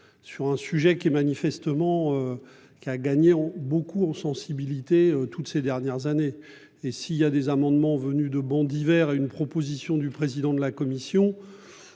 Sur un sujet qui manifestement. Qui a gagné beaucoup en sensibilité toutes ces dernières années et si il y a des amendements venus de hiver à une proposition du président de la commission.